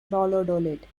valladolid